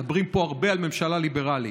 מדברים פה הרבה על ממשלה ליברלית,